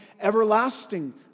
everlasting